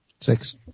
Six